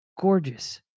gorgeous